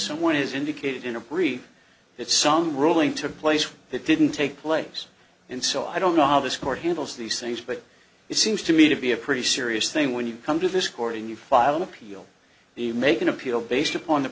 someone is indicated in agree that some ruling took place when they didn't take place in so i don't know how this court handles these things but it seems to me to be a pretty serious thing when you come to this court and you file an appeal the make an appeal based upon the